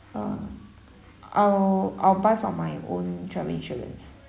uh I'll I'll buy from my own travel insurance